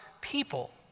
people